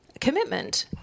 commitment